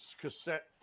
cassette